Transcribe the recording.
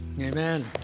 Amen